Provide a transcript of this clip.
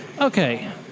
Okay